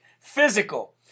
physical